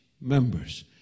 members